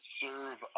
serve